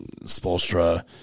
Spolstra